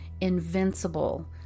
invincible